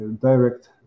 direct